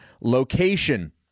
location